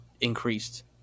increased